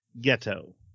ghetto